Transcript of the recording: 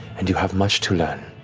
and you have much to learn.